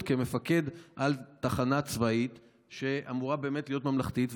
כמפקד על תחנה צבאית שאמורה באמת להיות ממלכתית,